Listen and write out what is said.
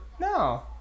No